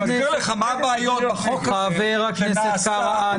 אני אסביר לך מה הבעיות בחוק הזה --- חבר הכנסת קארה,